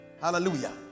Hallelujah